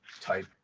type